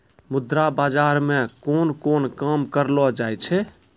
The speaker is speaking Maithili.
मुद्रा बाजार मे कोन कोन काम करलो जाय छै